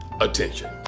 attention